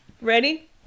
Ready